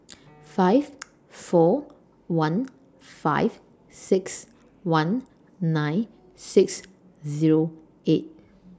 five four one five six one nine six Zero eight